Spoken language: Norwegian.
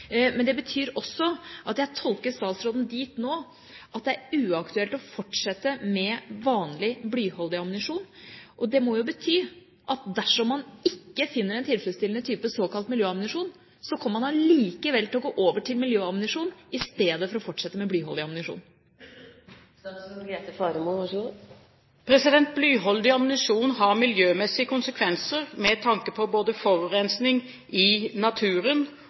Men det betyr også at jeg tolker statsråden dit hen nå at det er uaktuelt å fortsette med vanlig blyholdig ammunisjon, og det må jo bety at dersom man ikke finner en tilfredsstillende type såkalt miljøammunisjon, kommer man likevel til å gå over til miljøammunisjon i stedet for å fortsette med blyholdig ammunisjon? Blyholdig ammunisjon har miljømessige konsekvenser med tanke på forurensning i naturen,